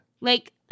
Like-